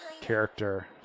character